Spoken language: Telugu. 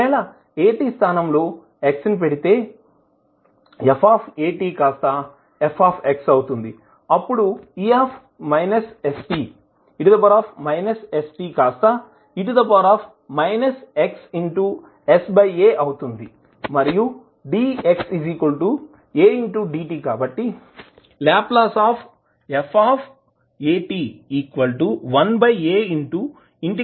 ఒకవేళ at స్ధానం లో x ని పెడితే f కాస్త f అవుతుంది అప్పుడు e st కాస్త e xsa అవుతుంది మరియు dx a dt